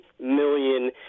million